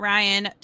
Ryan